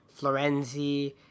Florenzi